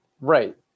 Right